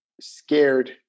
scared